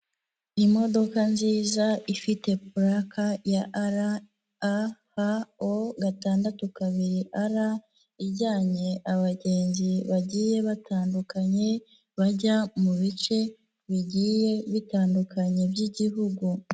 Imodoka nziza ifite puraka ya R A B O gatandatu kabiri, ijyanye abagenzi bagiye batandukanye, bajya mu bice bigiye bitandukanye by'igihugu.